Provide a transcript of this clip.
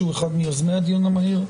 שהוא אחד מיוזמי הדיון המהיר.